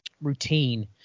routine